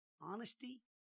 honesty